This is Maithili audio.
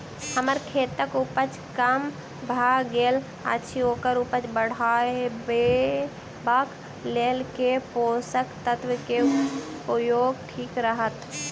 हम्मर खेतक उपज कम भऽ गेल अछि ओकर उपज बढ़ेबाक लेल केँ पोसक तत्व केँ उपयोग ठीक रहत?